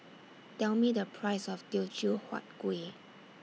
Tell Me The Price of Teochew Huat Kueh